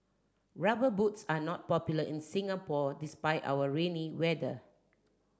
rubber boots are not popular in Singapore despite our rainy weather